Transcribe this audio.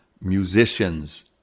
musicians